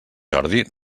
jordi